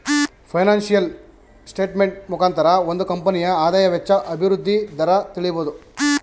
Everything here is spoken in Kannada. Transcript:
ಫೈನಾನ್ಸಿಯಲ್ ಸ್ಟೇಟ್ಮೆಂಟ್ ಮುಖಾಂತರ ಒಂದು ಕಂಪನಿಯ ಆದಾಯ, ವೆಚ್ಚ, ಅಭಿವೃದ್ಧಿ ದರ ತಿಳಿಬೋದು